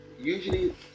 Usually